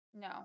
No